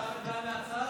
אפשר עמדה מהצד?